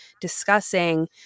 discussing